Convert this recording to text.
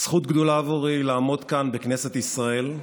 זכות גדולה עבורי לעמוד כאן, בכנסת ישראל,